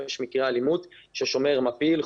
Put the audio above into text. יש מקרה אלימות כאשר שומר מפיל,